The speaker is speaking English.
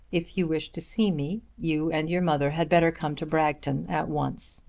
if you wish to see me, you and your mother had better come to bragton at once.